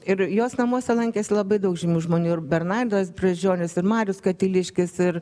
ir jos namuose lankėsi labai daug žymių žmonių ir bernardas brazdžionis ir marius katiliškis ir